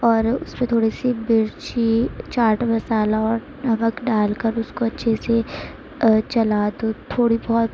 اور اس میں تھوڑی سی مرچی چاٹ مسالہ اور نمک ڈال کر اس کو اچھے سے چلا دو تھوڑی بہت